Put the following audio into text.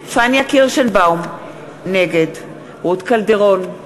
פניה קירשנבאום, נגד רות קלדרון,